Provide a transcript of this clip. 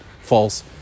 False